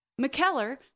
McKellar